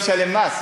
לא משלם מס,